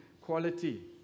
quality